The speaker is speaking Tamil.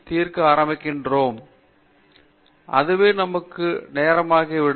பேராசிரியர் ஸ்ரீகாந்த் வேதாந்தம் அதுவே நமக்கு நேரமாகி விடும்